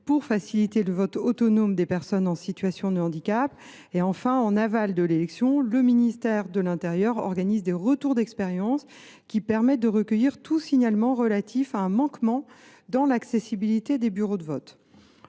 pour faciliter le vote autonome des personnes en situation de handicap. Enfin, en aval de l’élection, le ministère de l’intérieur organise des retours d’expérience qui permettent de recueillir tout signalement relatif à un manquement dans l’accessibilité des bureaux de vote.